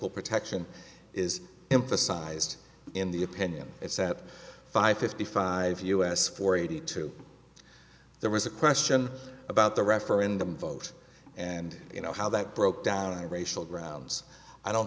equal protection is emphasized in the opinion it's at five fifty five u s for eighty two there was a question about the referendum vote and you know how that broke down on racial grounds i don't